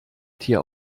tier